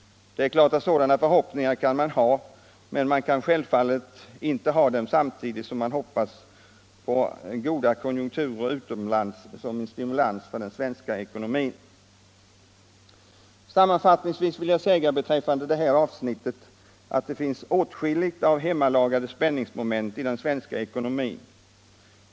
Sådana förhoppningar kan man naturligtvis ha men självfallet inte samtidigt som man hoppas på goda konjunkturer utomlands som en stimulans för den svenska ekonomin. Sammanfattningsvis vill jag säga beträffande det här avsnittet att det finns åtskilligt av hemmalagade spänningsmoment i den svenska ekonomin.